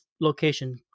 location